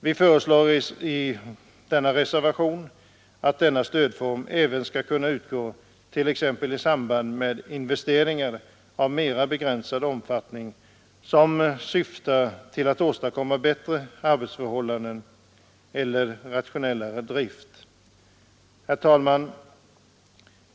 Vi föreslår i reservationen att denna stödform även skall kunna utgå t.ex. i samband med investeringar av mera begränsad omfattning, som syftar till att åstadkomma bättre arbetsförhållanden eller rationellare drift. Herr talman!